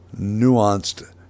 nuanced